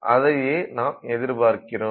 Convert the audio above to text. அதையே நாம் எதிர்பார்க்கிறோம்